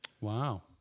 Wow